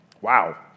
Wow